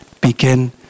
begin